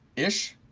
ish,